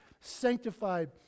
sanctified